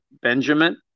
Benjamin